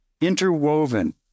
interwoven